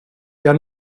der